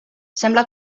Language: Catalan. sembla